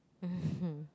mmhmm